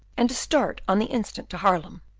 and to start on the instant to haarlem,